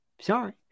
Sorry